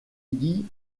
lydie